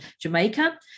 Jamaica